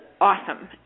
awesome